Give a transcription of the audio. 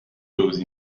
pose